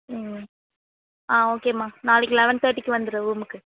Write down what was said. ம் ஆ ஓகேம்மா நாளைக்கி லெவன் தேட்டிக்கு வந்துடு ரூமுக்கு